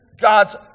God's